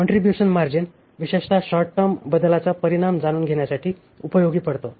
contribution margin विशेषत short term बदलाचा परिणाम जाणून घेण्यासाठी उपयोगी पडतो